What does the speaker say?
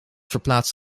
verplaatst